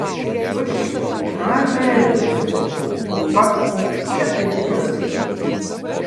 tuščią gražią erdvę sukurti va čia tai tikras iššūkis